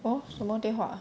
oh 什么电话